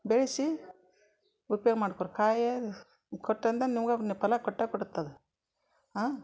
ಬೆಳೆಸಿ ಉಪ್ಯೋಗ ಮಾಡ್ಕೋರಿ ಕಾಯಿ ಕೊಟ್ಟಂದ್ರೆ ಫಲ ಕೊಟ್ಟೇ ಕೊಡುತ್ತದು ಆಂ